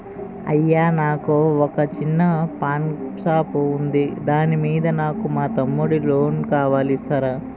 అయ్యా నాకు వొక చిన్న పాన్ షాప్ ఉంది దాని మీద నాకు మా తమ్ముడి కి లోన్ కావాలి ఇస్తారా?